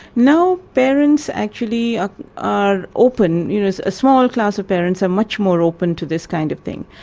now parents actually ah are open, you know a small class of parents are much more open to this kind of thing.